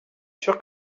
sûr